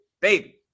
baby